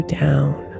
down